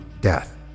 death